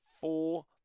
four